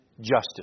justice